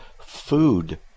food